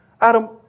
Adam